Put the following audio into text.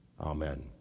Amen